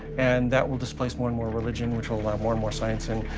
and that will displace more and more religion, which will allow more and more science in,